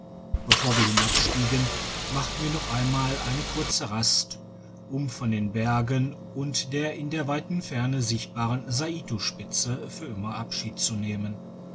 bevor wir hinabstiegen machten wir noch einmal eine kurze rast um von den bergen und der in weiter ferne sichtbaren saito spitze für immer abschied zu nehmen